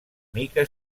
mica